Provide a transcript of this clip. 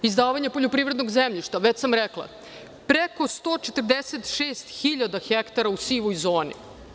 Izdavanje poljoprivrednog zemljišta, već sam rekla, preko 146.000 ha u sivoj zoni.